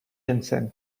jensen